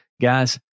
guys